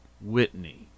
Whitney